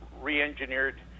re-engineered